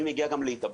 גם, גם.